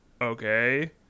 okay